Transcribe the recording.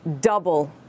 double